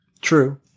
True